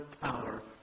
power